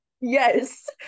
yes